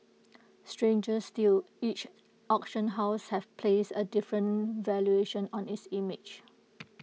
stranger still each auction house have placed A different valuation on its image